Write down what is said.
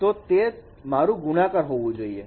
તો તે મારું ગુણાકાર હોવું જોઈએ